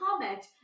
comment